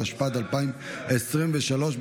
התשפ"ד 2023,